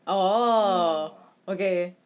oh okay